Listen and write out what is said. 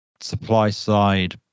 supply-side